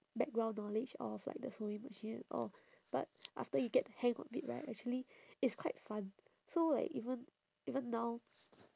background knowledge of like the sewing machine and all but after you get the hang of it right actually it's quite fun so like even even now